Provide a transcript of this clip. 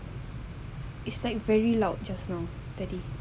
it's like very loud just now tadi